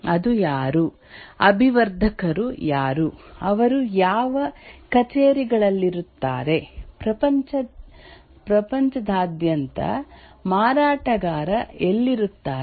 ಅದು ಯಾರು ಅಭಿವರ್ಧಕರು ಯಾರು ಅವರು ಯಾವ ಕಚೇರಿಗಳಲ್ಲಿರುತ್ತಾರೆ ಪ್ರಪಂಚದಾದ್ಯಂತ ಮಾರಾಟಗಾರ ಎಲ್ಲಿರುತ್ತಾರೆ